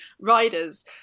riders